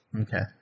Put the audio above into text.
Okay